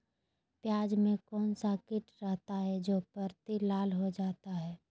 प्याज में कौन सा किट रहता है? जो पत्ती लाल हो जाता हैं